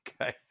Okay